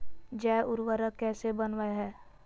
जैव उर्वरक कैसे वनवय हैय?